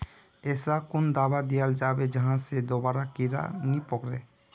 ऐसा कुन दाबा दियाल जाबे जहा से दोबारा कीड़ा नी पकड़े?